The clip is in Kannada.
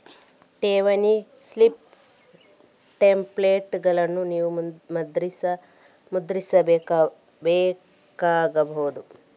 ಠೇವಣಿ ಸ್ಲಿಪ್ ಟೆಂಪ್ಲೇಟುಗಳನ್ನು ನೀವು ಮುದ್ರಿಸಬೇಕಾಗಬಹುದು